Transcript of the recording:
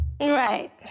Right